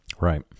Right